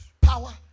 Power